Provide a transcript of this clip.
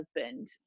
husband